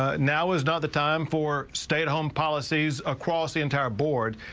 ah now is not the time for stay at home policies across the entire board.